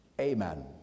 Amen